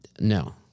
No